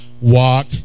walk